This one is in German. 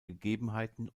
gegebenheiten